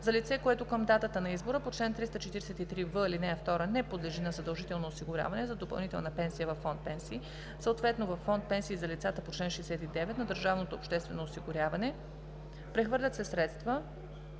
за лице, което към датата на избора по чл. 343в, ал. 2 не подлежи на задължително осигуряване за допълнителна пенсия - във фонд „Пенсии“, съответно във фонд „Пенсии за лицата по чл. 69“, на държавното обществено осигуряване; прехвърлят се средства,